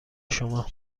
شما